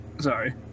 sorry